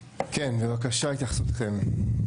כן, בבקשה התייחסותכם?